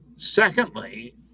Secondly